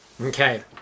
Okay